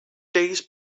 days